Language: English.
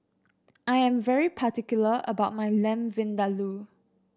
I am very particular about my Lamb Vindaloo